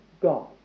God